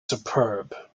superb